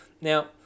Now